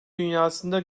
dünyasında